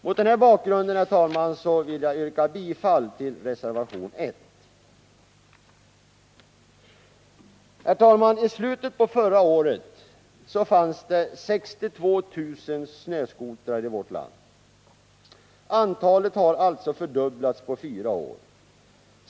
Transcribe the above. Mot den bakgrunden, herr talman, vill jag yrka bifall till reservation 1. Herr talman! I slutet på förra året fanns det 62 000 snöskotrar i vårt land. Antalet har alltså fördubblats på fyra år.